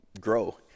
grow